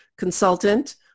consultant